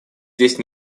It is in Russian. здесь